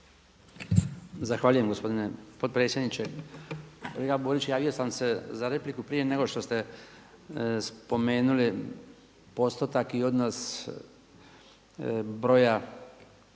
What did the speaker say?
Zahvaljujem gospodine potpredsjedniče. Kolega Borić, javio sam se za repliku prije nego što ste spomenuli postotak i odnos broja